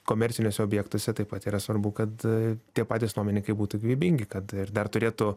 komerciniuose objektuose taip pat yra svarbu kad a tie patys nuomininkai būtų gyvybingi kad ir dar turėtų